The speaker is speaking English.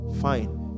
fine